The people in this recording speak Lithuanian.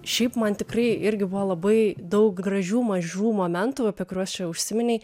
šiaip man tikrai irgi buvo labai daug gražių mažų momentų apie kuriuos čia užsiminei